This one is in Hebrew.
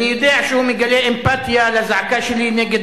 אני יודע שהוא מגלה אמפתיה לזעקה שלי נגד